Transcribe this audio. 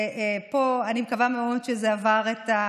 ופה אני מקווה מאוד שזה עבר את,